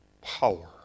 power